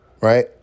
right